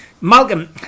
Malcolm